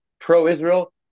pro-Israel